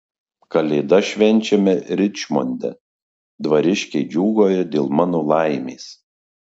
kalėdas švenčiame ričmonde dvariškiai džiūgauja dėl mano laimės